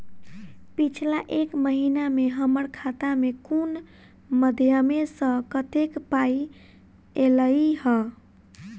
पिछला एक महीना मे हम्मर खाता मे कुन मध्यमे सऽ कत्तेक पाई ऐलई ह?